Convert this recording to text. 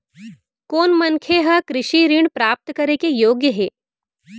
कोन मनखे ह कृषि ऋण प्राप्त करे के योग्य हे?